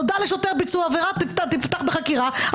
נודע לשוטר על ביצוע עבירה תפתח בחקירה,